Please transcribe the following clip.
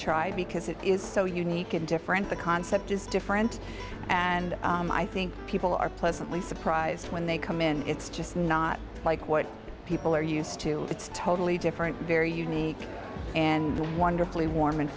try because it is so unique and different the concept is different and i think people are pleasantly surprised when they come in it's just not like what people are used to it's totally different very unique and why underplay warm and